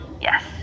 Yes